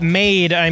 made